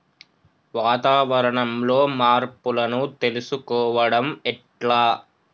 వాతావరణంలో మార్పులను తెలుసుకోవడం ఎట్ల?